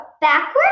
backwards